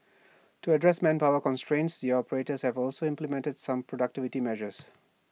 to address manpower constraints the operators have also implemented some productivity measures